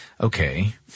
Okay